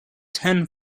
ten